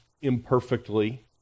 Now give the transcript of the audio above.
imperfectly